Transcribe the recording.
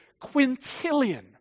quintillion